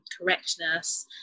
correctness